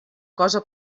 cosa